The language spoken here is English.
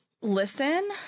Listen